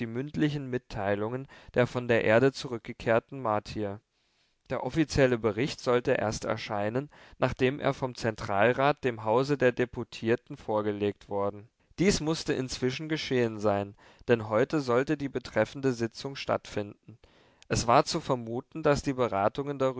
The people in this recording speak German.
mündlichen mitteilungen der von der erde zurückgekehrten martier der offizielle bericht sollte erst erscheinen nachdem er vom zentralrat dem hause der deputierten vorgelegt worden dies mußte inzwischen geschehen sein denn heute sollte die betreffende sitzung stattfinden es war zu vermuten daß die beratungen darüber